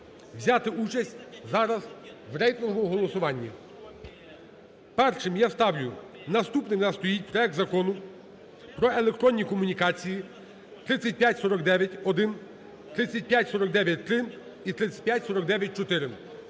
взяти участь зараз в рейтинговому голосуванні. Першим я ставлю, наступним у нас стоїть проект Закону про електронні комунікації (3549-1, 3549-3 і 3549-4).